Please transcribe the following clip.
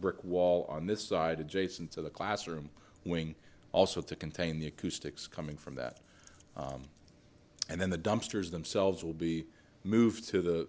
brick wall on this side adjacent to the classroom wing also to contain the acoustics coming from that and then the dumpsters themselves will be moved to the